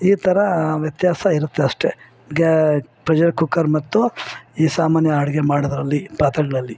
ಈ ಥರ ವ್ಯತ್ಯಾಸ ಇರುತ್ತೆ ಅಷ್ಟೇ ಗ್ಯಾ ಪ್ರೆಷರ್ ಕುಕ್ಕರ್ ಮತ್ತು ಈ ಸಾಮಾನ್ಯ ಅಡಿಗೆ ಮಾಡೋದರಲ್ಲಿ ಪಾತ್ರೆಗಳಲ್ಲಿ